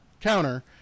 counter